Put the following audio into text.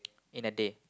in a day